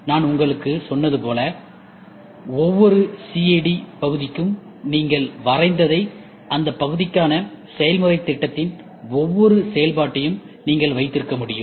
நான் உங்களுக்குச் சொன்னது போல ஒவ்வொரு சிஏடி பகுதிக்கும் நீங்கள் வரைந்ததை அந்த பகுதிக்கான செயல்முறை திட்டத்தின் ஒவ்வொரு செயல்பாட்டையும் நீங்கள் வைத்திருக்க முடியும்